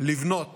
לבנות